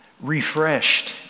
Refreshed